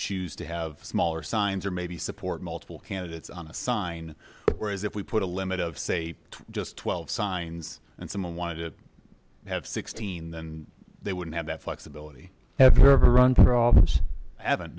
choose to have smaller signs or maybe support multiple candidates on a sign whereas if we put a limit of say just twelve signs and someone wanted to have sixteen then they wouldn't have that flexibility ever run for office haven't